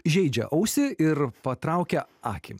žeidžia ausį ir patraukia akį